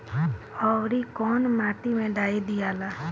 औवरी कौन माटी मे डाई दियाला?